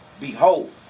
behold